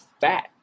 fat